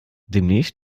demnächst